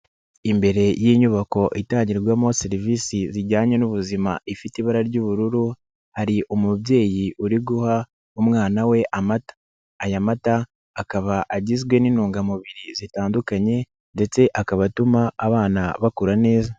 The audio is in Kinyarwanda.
Imbere y'inyubako itangirwamo serivisi zijyanye n'ubuzima ifite ibara ry'ubururu, hari umubyeyi uri guha umwana we amata, aya mata akaba agizwe n'intungamubiri zitandukanye ndetse akaba atuma abana bakura neza.